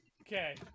Okay